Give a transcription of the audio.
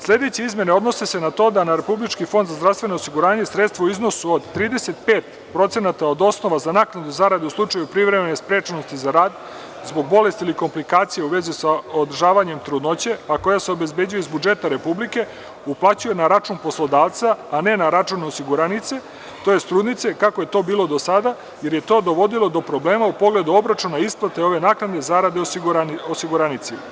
Sledeće izmene odnose se na to da na RFZO sredstva u iznosu od 35% od osnova za naknadu zarade u slučaju privremene sprečenosti za rad zbog bolesti ili komplikacija u vezi sa održavanjem trudnoće, a koja se obezbeđuje iz budžeta Republike, uplaćuje na račun poslodavca, a ne na račun osiguranice, tj. trudnice, kako je to bilo do sada, jer je to dovodilo do problema u pogledu obračuna isplate ove naknadne zarade osiguranici.